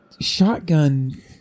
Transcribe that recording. shotgun